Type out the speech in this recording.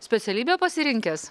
specialybę pasirinkęs